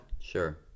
Sure